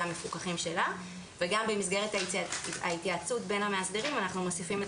המפוקחים שלה וגם במסגרת ההתייעצות בין המאסדרים אנחנו מוסיפים את